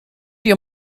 your